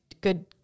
good